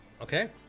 Okay